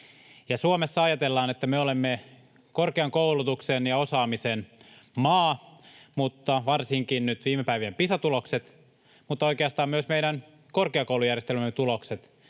Suomessa ajatellaan, että me olemme korkean koulutuksen ja osaamisen maa, mutta varsinkin nyt viime päivien Pisa-tulokset, mutta oikeastaan myös meidän korkeakoulujärjestelmämme tulokset,